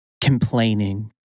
Complaining